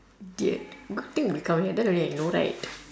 idiot good thing we come here then only I know right